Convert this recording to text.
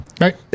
Right